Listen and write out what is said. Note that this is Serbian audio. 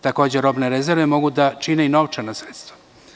Takođe, robne rezerve mogu da čine i novčana sredstva.